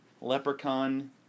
Leprechaun